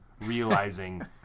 realizing